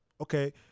okay